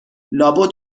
لابد